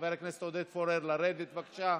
חבר הכנסת עודד פורר, לרדת, בבקשה.